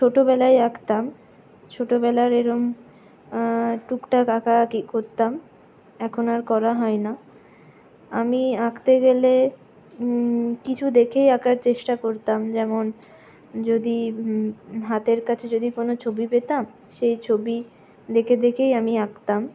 ছোটোবেলায় আঁকতাম ছোটোবেলার এরকম টুকটাক আঁকা আঁকি করতাম এখন আর করা হয় না আমি আঁকতে গেলে কিছু দেখেই আঁকার চেষ্টা করতাম যেমন যদি হাতের কাছে যদি কোনো ছবি পেতাম সেই ছবি দেখে দেখেই আমি আঁকতাম